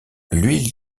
l’huile